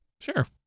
Sure